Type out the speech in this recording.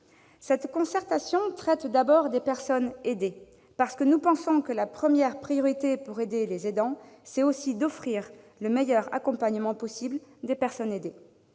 Cette concertation traite d'abord des personnes aidées, parce que nous pensons que la première priorité pour aider les aidants, c'est aussi d'offrir le meilleur accompagnement possible aux personnes aidées.